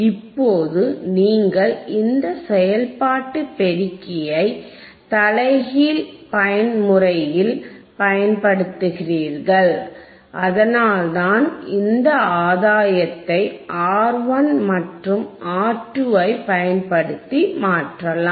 இப்போது நீங்கள் இந்த செயல்பாட்டு பெருக்கியை தலைகீழ் பயன்முறையில் பயன்படுத்துகிறீர்கள் அதனால்தான் இதன் ஆதாயத்தை R1 மற்றும் R2 ஐப் பயன்படுத்தி மாற்றலாம்